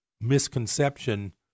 misconception